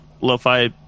lo-fi